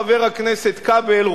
חבר הכנסת כבל,